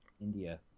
india